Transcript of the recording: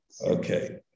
Okay